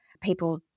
people